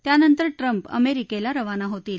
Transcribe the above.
त्यानंतर ट्रम्प अमेरिकेला रवाना होतील